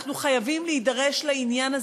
אנחנו חייבים להידרש לעניין הזה.